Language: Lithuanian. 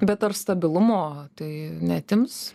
bet ar stabilumo tai neatims